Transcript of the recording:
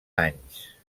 anys